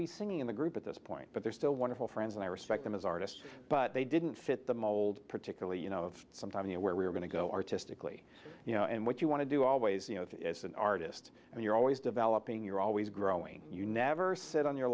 be singing in the group at this point but they're still wonderful friends and i respect them as artists but they didn't fit the mold particularly you know sometimes you know where we're going to go artistically you know and what you want to do always you know if as an artist and you're always developing you're always growing you never sit on your